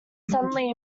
suddenly